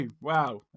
wow